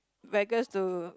Vegas to